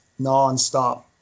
nonstop